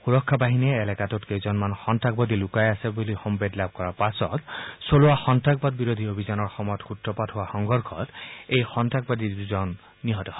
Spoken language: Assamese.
সুৰক্ষা বাহিনীয়ে এলেকাটোত কেইজনমান সন্ত্ৰাসবাদী লুকাই আছে বুলি সম্ভেদ লাভ কৰাৰ পাছত চলোৱ সন্তাসবাদবিৰোধী অভিযানৰ সময়ত সূত্ৰপাত হোৱা সংঘৰ্ষত এই সন্তাসবাদী দুজন নিহত হয়